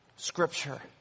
Scripture